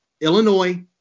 Illinois